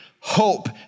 hope